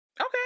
okay